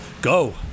Go